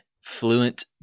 Fluent